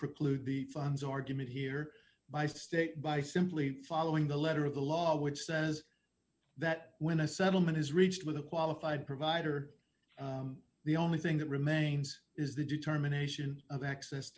preclude the fun's argument here by state by simply following the letter of the law which says that when a settlement is reached with a qualified provider the only thing that remains is the determination of access